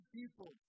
people